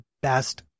best